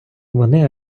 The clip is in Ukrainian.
вони